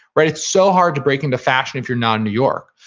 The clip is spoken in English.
right? it's so hard to break into fashion if you're not in new york.